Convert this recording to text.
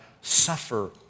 suffer